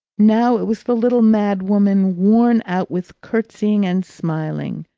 now it was the little mad woman worn out with curtsying and smiling,